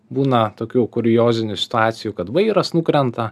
būna tokių kuriozinių situacijų kad vairas nukrenta